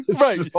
Right